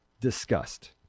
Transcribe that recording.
disgust